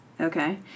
Okay